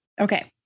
okay